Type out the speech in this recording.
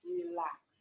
relax